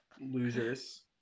Losers